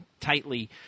tightly